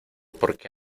porque